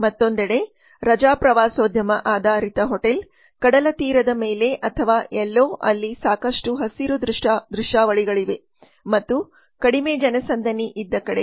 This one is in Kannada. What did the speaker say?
ಮತ್ತೊಂದೆಡೆ ರಜಾ ಪ್ರವಾಸೋದ್ಯಮ ಆಧಾರಿತ ಹೋಟೆಲ್ ಕಡಲತೀರದ ಮೇಲೆ ಅಥವಾ ಎಲ್ಲೋ ಅಲ್ಲಿ ಸಾಕಷ್ಟು ಹಸಿರು ದೃಶ್ಯಾವಳಿಗಳಿವೆ ಮತ್ತು ಕಡಿಮೆ ಜನಸಂದಣಿ ಇದ್ದ ಕಡೆ